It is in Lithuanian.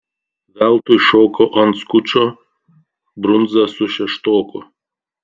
veltui šoko ant skučo brundza su šeštoku